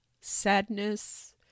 sadness